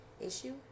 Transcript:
issue